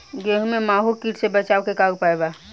गेहूँ में माहुं किट से बचाव के का उपाय बा?